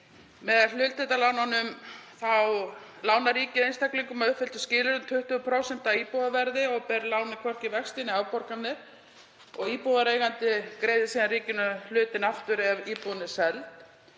Með hlutdeildarlánunum lánar ríkið einstaklingum að uppfylltum skilyrðum 20% af íbúðaverði og ber lánið hvorki vexti né afborganir. Íbúðareigandi greiðir síðan ríkinu hlutinn aftur ef íbúðin er seld.